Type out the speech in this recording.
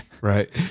Right